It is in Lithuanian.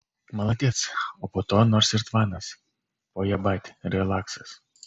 maladėc o po to nors ir tvanas pojabat relaksas